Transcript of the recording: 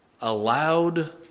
allowed